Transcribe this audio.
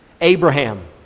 Abraham